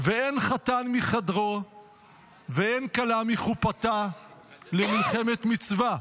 ואין חתן מחדרו ואין כלה מחופתה למלחמת מצווה.